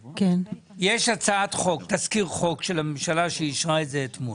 יש תזכיר חוק של הממשלה שאישרה את זה אתמול,